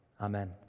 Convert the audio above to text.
Amen